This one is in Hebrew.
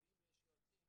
ואם יש יועצים,